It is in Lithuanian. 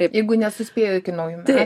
jeigu nesuspėjo iki naujų metų